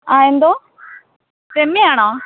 ആ എന്താണ് രമ്യയാണോ